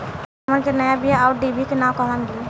हमन के नया बीया आउरडिभी के नाव कहवा मीली?